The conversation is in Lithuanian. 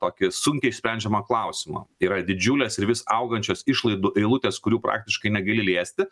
tokį sunkiai sprendžiamą klausimą yra didžiulės ir vis augančios išlaidų eilutės kurių praktiškai negali liesti